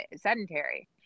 sedentary